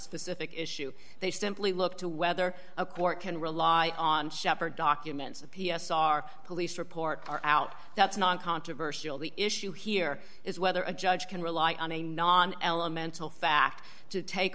specific issue they simply look to whether a court can rely on shepherd documents p s r police report out that's noncontroversial the issue here is whether a judge can rely on a non elemental fact to take